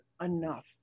enough